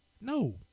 No